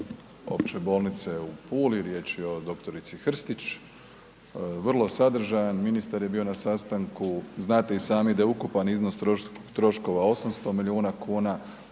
opće bolnice u Puli, riječ je o dr. Hrstić, vrlo sadržajan, ministar je bio na sastanku. Znate i sami da je ukupan iznos troškova 800 milijuna kuna,